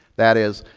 that is,